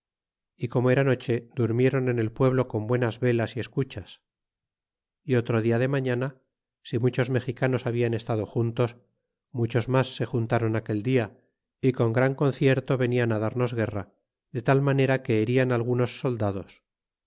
y como era noche durmieron en el pueblo con buenas velas y escuchas y otro dia de mañana si muchos mexicanos hablan estado juntos muchos mas se juntron aquel dia y con gran concierto venian darnos guerra de tal manera que herian algunos soldados